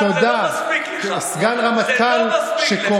אני הייתי סגן שר האוצר כשביקשנו להלאים,